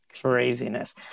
craziness